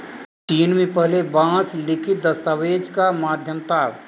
चीन में पहले बांस लिखित दस्तावेज का माध्यम था